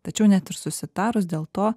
tačiau net ir susitarus dėl to